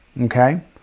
Okay